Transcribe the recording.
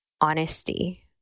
honesty